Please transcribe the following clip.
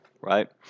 right